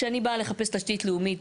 כשאני באה לחפש תשתית לאומית,